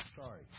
Sorry